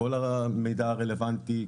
כל המידע הרלוונטי,